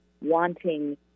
wanting